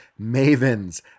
Mavens